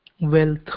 wealth